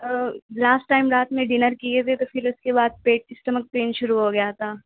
last time رات میں dinner کیے تھے تو پھر اُس کے بعد پیٹ اسٹمک پین شروع ہو گیا تھا